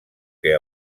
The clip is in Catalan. que